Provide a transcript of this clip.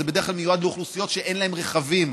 זה בדרך כלל מיועד לאוכלוסיות שאין להן רכבים,